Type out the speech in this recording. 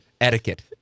etiquette